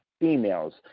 females